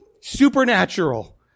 supernatural